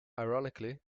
ironically